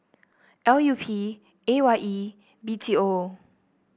L U P A Y E B T O